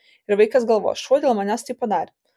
ir vaikas galvos šuo dėl manęs tai padarė